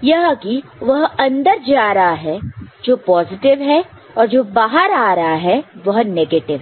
कि यह कि वह अंदर जा रहा है जो पॉजिटिव है और जो बाहर जा रहा है वह नेगेटिव है